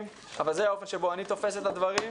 אבל זה האופן בו אני תופס את הדברים.